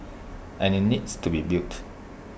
and IT needs to be built